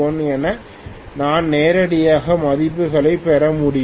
எனவே நான் நேரடியாக மதிப்புகளைப் பெற முடியும்